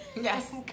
Yes